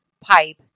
pipe